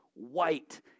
white